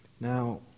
Now